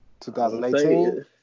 2018